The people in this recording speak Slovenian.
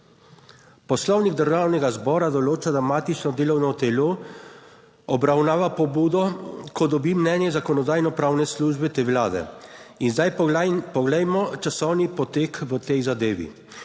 Poslovnik Državnega zbora določa, da matično delovno telo obravnava pobudo, ko dobi mnenje Zakonodajno-pravne službe te vlade. In zdaj poglejmo časovni potek v tej zadevi.